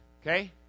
okay